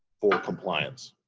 for compliance.